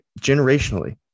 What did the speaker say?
generationally